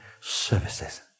services